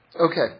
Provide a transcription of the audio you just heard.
Okay